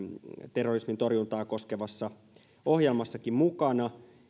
terrorismin torjuntaa koskevassa ohjelmassakin mukana